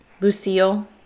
Lucille